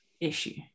issue